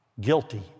guilty